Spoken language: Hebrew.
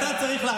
אבל